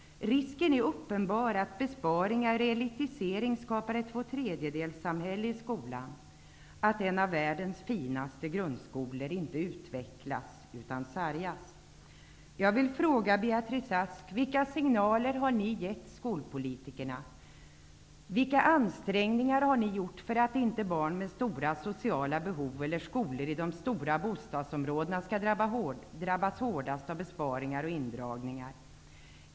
Risken är uppenbar att besparingar och elitisering skapar ett tvåtredjedelssamhälle i skolan och att en av världens finaste grundskolor inte utvecklas utan sargas. Jag vill fråga Beatrice Ask: Vilka signaler har ni gett skolpolitikerna? Vilka ansträngningar har ni gjort för att inte barn med stora sociala behov eller skolor i de stora bostadsområdena skall drabbas hårdast av besparingar och indragningar?